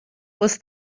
was